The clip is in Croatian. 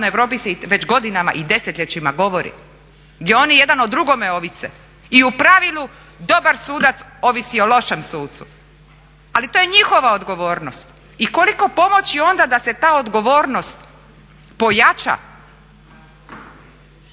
Europi se već godinama i desetljećima govori, gdje oni jedan o drugome ovise. Ili u pravilu dobar sudac ovisi o lošem sucu ali to je njihova odgovornost. I koliko pomoći onda da se ta odgovornost pojača?